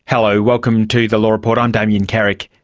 hello, welcome to the law report, i'm damien carrick.